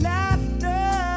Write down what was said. Laughter